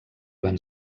van